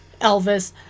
Elvis